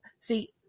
see